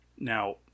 Now